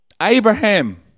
Abraham